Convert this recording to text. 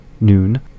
noon